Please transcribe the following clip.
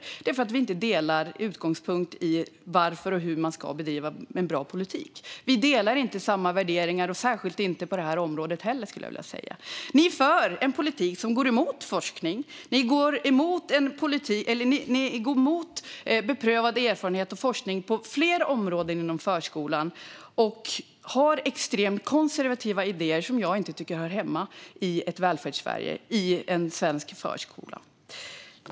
Det är för att vi inte delar utgångspunkter när det gäller hur man ska bedriva en bra politik. Vi delar inte värderingar, inte heller på det här området. Ni för en politik som går emot forskning. Ni går emot forskning och beprövad erfarenhet på flera områden inom förskolan och har extremt konservativa idéer som jag inte tycker hör hemma i ett Välfärdssverige eller i en svensk förskola.